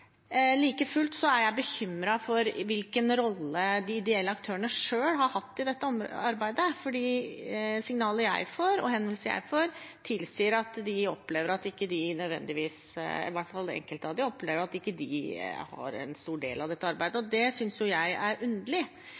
jeg bekymret for hvilken rolle de ideelle aktørene selv har hatt i dette arbeidet. Signaler og henvendelser jeg får, tilsier at i hvert fall enkelte av dem opplever at de ikke nødvendigvis får ta en stor del i dette arbeidet. Det synes jeg er underlig.